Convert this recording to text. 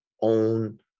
own